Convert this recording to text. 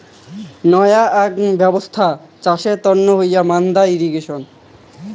নয়া আক ব্যবছ্থা চাষের তন্ন হই মাদ্দা ইর্রিগেশন